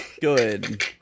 good